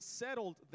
settled